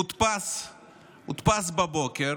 הודפס בבוקר.